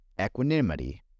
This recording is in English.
equanimity